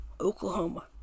Oklahoma